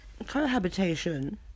cohabitation